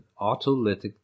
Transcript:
autolytic